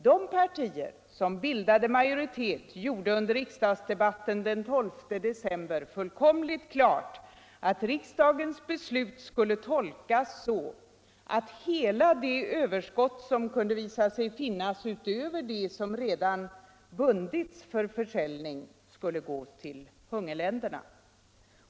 De partier som bildade majoritet gjorde under riksdagsdebatten den 12 december fullkomligt klart, att riksdagens beslut skulle tolkas så att hela det överskott som kunde visa sig finnas utöver det som redan bundits för försäljning skulle gå till hungerländerna.